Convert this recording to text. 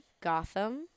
gotham